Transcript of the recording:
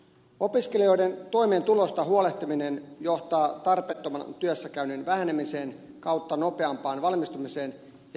opiskelijoiden toimeentulosta huolehtiminen johtaa tarpeettoman työssäkäynnin vähenemiseen tai nopeampaan valmistumiseen ja pidempiin työuriin